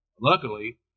Luckily